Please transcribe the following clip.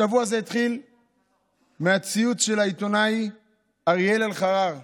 השבוע זה התחיל מהציוץ של העיתונאי אריאל אלחרר,